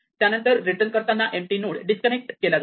त्यानंतर रिटर्न करताना empty node disconnect केला जातो